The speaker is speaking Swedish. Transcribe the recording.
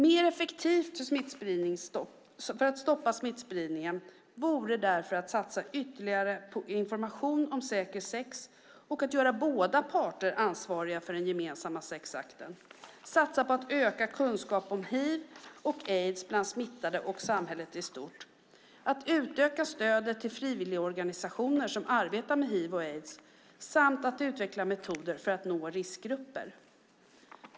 Mer effektivt för att stoppa smittspridningen vore därför att satsa ytterligare på information om säker sex och att göra båda parter ansvariga för den gemensamma sexakten, att satsa på ökad kunskap om hiv och aids bland smittade och samhället i stort, att utöka stödet till frivilligorganisationer som arbetar med hiv och aids samt att utveckla metoder för att nå riskgrupper.